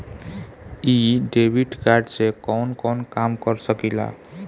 इ debit card से कवन कवन काम कर सकिला?